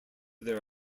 their